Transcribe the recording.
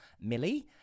Millie